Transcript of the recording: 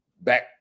back